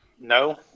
No